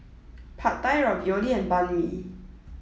Pad Thai Ravioli and Banh Mi